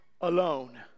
alone